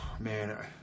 man